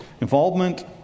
Involvement